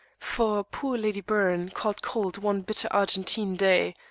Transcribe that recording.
for poor lady byrne caught cold one bitter argentine day,